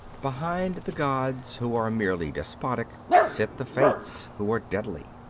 behind the gods, who are merely despotic, sit the fates, who are deadly.